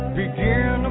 begin